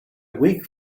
weak